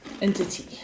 Entity